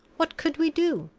what could we do?